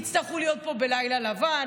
יצטרכו להיות פה בלילה לבן,